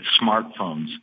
smartphones